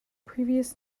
previous